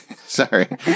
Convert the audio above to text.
sorry